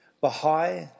Baha'i